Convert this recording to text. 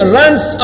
runs